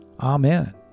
Amen